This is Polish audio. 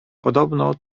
podobno